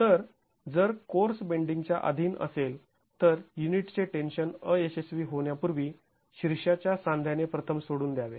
तर जर कोर्स बेंडींगच्या अधीन असेल तर युनिटचे टेन्शन अयशस्वी होण्यापूर्वी शीर्षाच्या सांध्याने प्रथम सोडून द्यावे